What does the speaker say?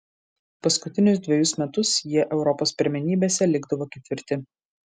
paskutinius dvejus metus jie europos pirmenybėse likdavo ketvirti